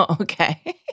Okay